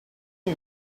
you